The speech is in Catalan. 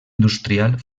industrial